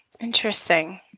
Interesting